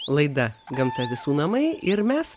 laida gamta visų namai ir mes